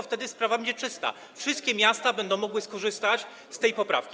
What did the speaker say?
Wtedy sprawa będzie czysta, wszystkie miasta będą mogły skorzystać z tej poprawki.